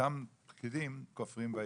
אותם פקידים כופרים בעיקר.